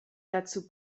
dazu